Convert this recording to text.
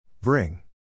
Bring